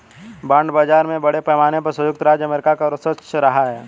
bond बाजार में बड़े पैमाने पर सयुक्त राज्य अमेरिका का वर्चस्व रहा है